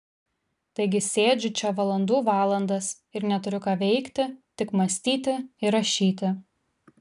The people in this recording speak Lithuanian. taigi sėdžiu čia valandų valandas ir neturiu ką veikti tik mąstyti ir rašyti